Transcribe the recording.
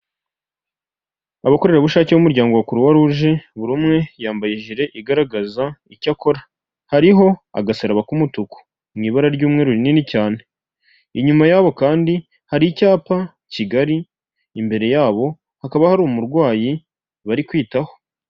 Abakorerabushake b'umuryango wa kuruwaruje buri umwe yambaye ijiri igaragaza icya akora, hariho agasaraba k'umutuku, mu ibara ry'umweru rinini cyane, inyuma yaho kandi hari icyapa kigari imbere yabo hakaba hari umurwayi bari kwitaho.